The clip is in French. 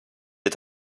est